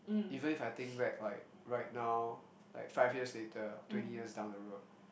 even if I think back like right now like five years later or twenty years down the road